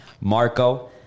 Marco